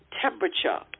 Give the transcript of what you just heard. temperature